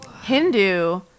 hindu